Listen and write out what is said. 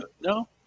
no